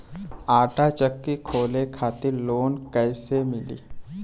आटा चक्की खोले खातिर लोन कैसे मिली?